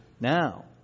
Now